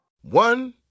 One